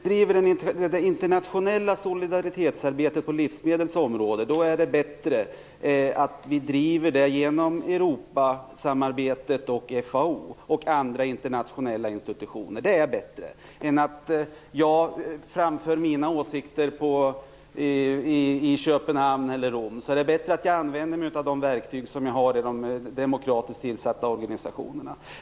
Fru talman! Det är faktiskt så. Men det är bättre att vi driver det internationella solidaritetsarbetet på livsmedelsområdet genom Europasamarbetet och FAO och andra internationella institutioner. Det är bättre än att jag framför mina åsikter i Köpenhamn eller Rom. Det är bättre att jag använder mig av de verktyg jag har i de demokratiskt tillsatta organisationerna.